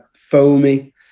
foamy